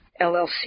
LLC